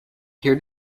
peer